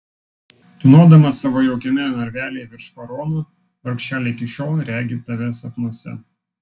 tūnodama savo jaukiame narvelyje virš faraono vargšelė iki šiol regi tave sapnuose